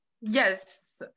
Yes